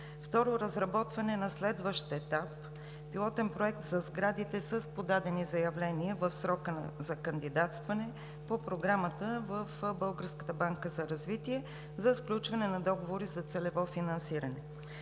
Второ, разработване на следващ етап – пилотен проект за сградите с подадени заявления в срока за кандидатстване по Програмата в Българската банка за развитие за сключване на договори за целево финансиране.